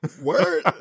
Word